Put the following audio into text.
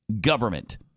government